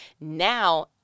now